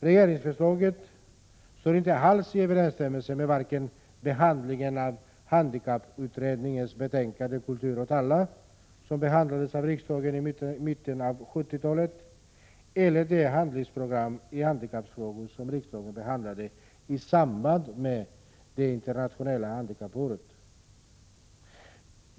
Regeringsförslaget står inte alls i överensstämmelse med vare sig behandlingen av handikapputredningens betänkande Kultur åt alla, som behandlades av riksdagen i mitten av 70-talet, eller det handlingsprogram i handikappfrågor som riksdagen behandlade i samband med det internationella handikappåret.